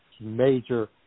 major